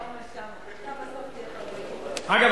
אגב,